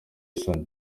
isoni